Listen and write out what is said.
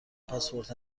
پاسپورت